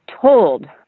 told